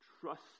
trust